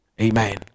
Amen